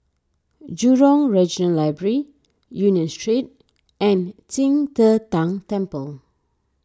Jurong Regional Library Union Street and Qing De Tang Temple